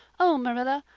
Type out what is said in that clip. oh marilla,